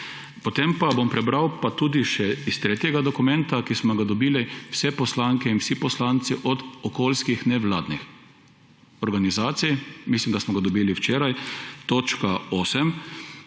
Potem pa bom prebral pa tudi še iz tretjega dokumenta, ki smo ga dobili vse poslanke in vsi poslanci od okolijskih nevladnih organizacij – mislim, da smo ga dobili včeraj – 8.